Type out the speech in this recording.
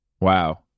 Wow